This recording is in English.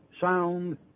sound